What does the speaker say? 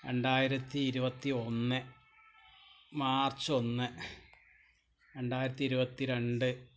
രണ്ടായിരത്തി ഇരുപത്തിയൊന്ന് മാർച്ച് ഒന്ന് രണ്ടായിരത്തി ഇരുപത്തി രണ്ട്